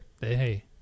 hey